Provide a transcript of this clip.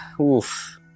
oof